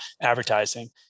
advertising